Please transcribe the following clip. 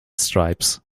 stripes